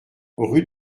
rue